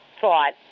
thought